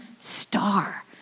star